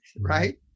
Right